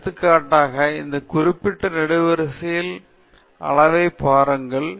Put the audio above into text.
எனவே எடுத்துக்காட்டாக இந்த குறிப்பிட்ட நெடுவரிசையில் அளவை பாருங்கள்